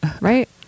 right